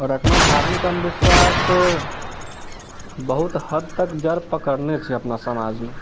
आओर एखनो धार्मिक अन्धविश्वास बहुत हद तक जड़ पकरने छै अपना समाज मे